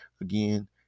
Again